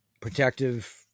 protective